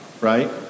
right